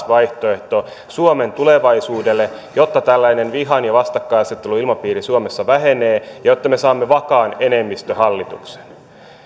vaihtoehto suomen tulevaisuudelle jotta tällainen vihan ja vastakkainasettelun ilmapiiri suomessa vähenee ja jotta me saamme vakaan enemmistöhallituksen